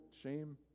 Shame